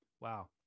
Wow